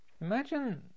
Imagine